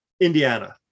Indiana